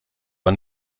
war